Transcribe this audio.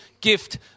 gift